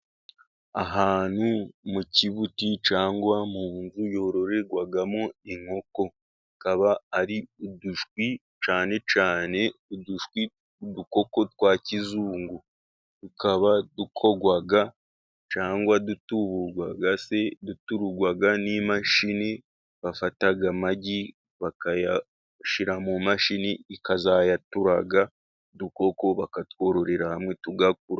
Ahantu mu kibuti cyangwa mu nzu yurorerwamo inkoko akaba ari uduswi cyane cyane ududukoko twa kizungu. Tukaba dukorwa cyangwa dutuburwa se n'imashini, bafata amagi bakayashira mu mashini, ikazayaturaga, udukoko bakatwororera hamwe tugakura.